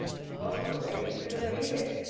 impossible even to believe it!